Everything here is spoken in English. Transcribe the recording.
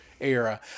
era